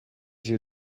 you